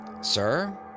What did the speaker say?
Sir